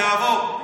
זה יעבור.